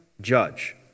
judge